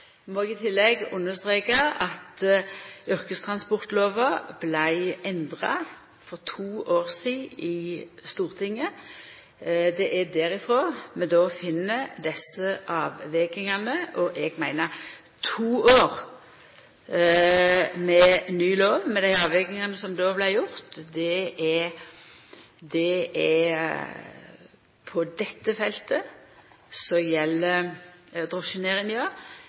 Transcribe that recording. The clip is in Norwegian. tillegg understreka at yrkestransportlova vart endra for to år sidan i Stortinget. Det er her vi finn desse avvegingane. Eg meiner at etter to år med ny lov med dei avvegingane som då vart gjorde – på dette feltet gjeld det drosjenæringa – er det